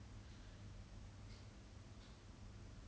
if you talk about trying to find a job but obviously she didn't what